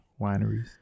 Wineries